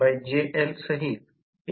7 मिळवू शकता